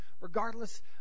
Regardless